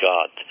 God